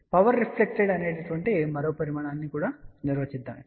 power reflected అనే మరో పరిమాణాన్ని కూడా నిర్వచించుకుందాం